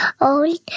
old